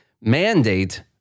mandate